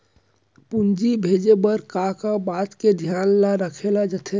पूंजी भेजे बर का का बात के धियान ल रखे जाथे?